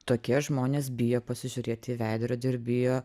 tokie žmonės bijo pasižiūrėti į veidrodį ir bijo